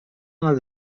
nad